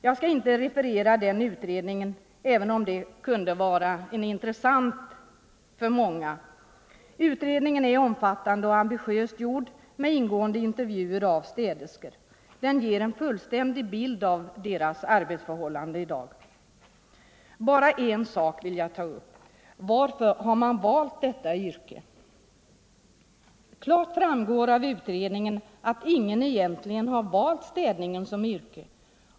Jag skall inte referera utredningen, även om det kunde vara intressant för många. Utredningen är omfattande och ambitiöst gjord med ingående intervjuer med städerskor. Den ger en fullständig bild av deras arbetsförhållanden. Bara en sak vill jag ta upp, nämligen varför man har valt detta yrke. Klart framgår av utredningen att ingen egentligen valt städningen som yrke.